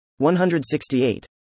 168